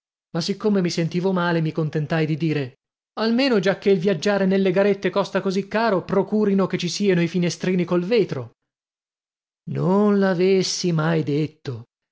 ma siccome mi sentivo male mi contentai di dire almeno giacché il viaggiare nelle garette costa così caro procurino che ci sieno i finestrini col vetro non l'avessi mai detto